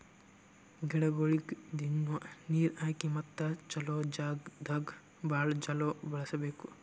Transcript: ಗಿಡಗೊಳಿಗ್ ದಿನ್ನಾ ನೀರ್ ಹಾಕಿ ಮತ್ತ ಚಲೋ ಜಾಗ್ ದಾಗ್ ಭಾಳ ಚಲೋ ಬೆಳಸಬೇಕು